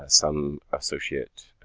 some associate